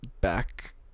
Back